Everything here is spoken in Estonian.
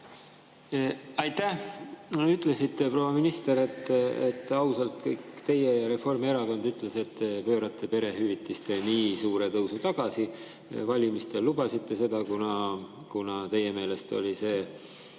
Aitäh! Ütlesite, proua minister, ausalt, et teie ja Reformierakond pöörate perehüvitiste nii suure tõusu tagasi. Valimistel te lubasite seda, kuna teie meelest oli see